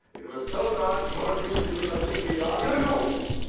it was so dark, mon dieux, you could not see beyond your nose!